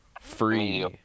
free